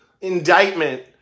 indictment